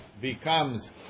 becomes